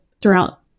throughout